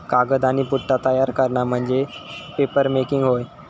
कागद आणि पुठ्ठा तयार करणा म्हणजे पेपरमेकिंग होय